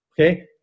Okay